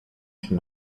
się